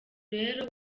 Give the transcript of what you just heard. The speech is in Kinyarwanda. rero